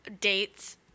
dates